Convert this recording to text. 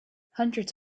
hundreds